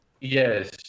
Yes